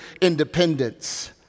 independence